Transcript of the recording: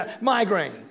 Migraine